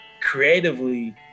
creatively